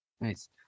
Nice